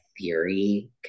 theory